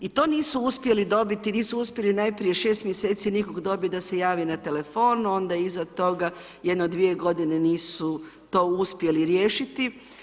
I to nisu uspjeli dobiti, nisu uspjeli najprije 6 mjeseci nikog dobiti da se javi na telefon, onda iza toga jedno dvije godine nisu to uspjeli riješiti.